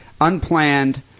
unplanned